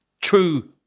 true